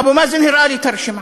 אבו מאזן הראה לי את הרשימה,